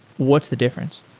what's the difference?